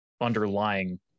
underlying